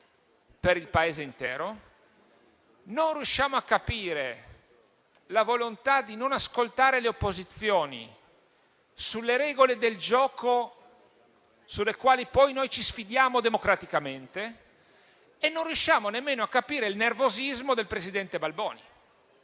per il Paese intero. Non riusciamo a capire la volontà di non ascoltare le opposizioni sulle regole del gioco sulle quali poi noi ci sfidiamo democraticamente e non riusciamo nemmeno a capire il nervosismo del presidente Balboni.